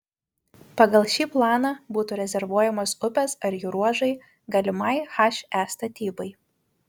pagal šį planą būtų rezervuojamos upės ar jų ruožai galimai he statybai